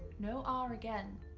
no r again,